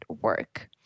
work